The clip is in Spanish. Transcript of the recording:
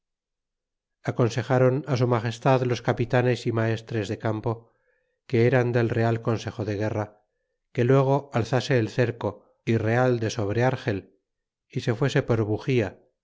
aconsejaron á su magestad los capitanes y maestres de campo que eran del real consejo de guerra que luego alzase el cerco y real de sobre argel y se fuese por buxia